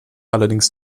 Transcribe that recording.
allerdings